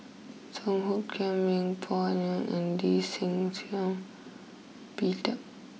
Song Hoot Kiam Yeng Pway Ngon and Lee Shih Shiong Peter